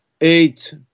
eight